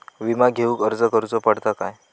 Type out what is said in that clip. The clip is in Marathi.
विमा घेउक अर्ज करुचो पडता काय?